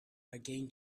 again